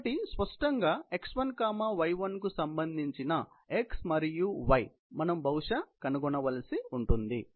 కాబట్టి స్పష్టంగా x1 y1 కు సంబంధించిన x మరియు y మనం బహుశా కనుగొనవలసి ఉంటుంది